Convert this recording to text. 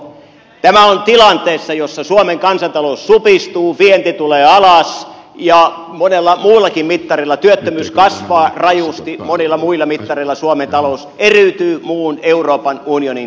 tämä on tilanteessa jossa suomen kansantalous supistuu vienti tulee alas ja monella muullakin mittarilla työttömyys kasvaa rajusti monilla muilla mittareilla suomen talous eriytyy muun euroopan unionin tilanteesta